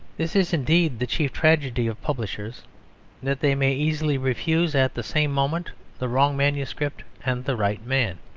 this is indeed the chief tragedy of publishers that they may easily refuse at the same moment the wrong manuscript and the right man.